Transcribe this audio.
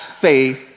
faith